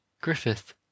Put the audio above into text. Griffith